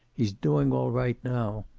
he's doing all right now.